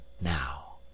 now